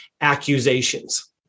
accusations